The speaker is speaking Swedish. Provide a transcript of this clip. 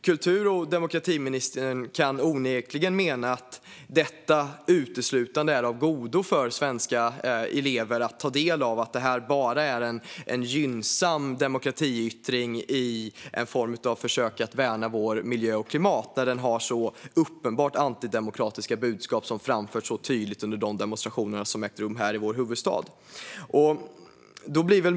Kultur och demokratiministern kan inte rimligen mena att det uteslutande är av godo för svenska elever att ta del av detta och att det bara är en gynnsam demokratiyttring i ett försök att värna vår miljö och vårt klimat, när uppenbart antidemokratiska budskap tydligt framförts vid de demonstrationer som ägt rum i vår huvudstad.